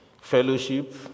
Fellowship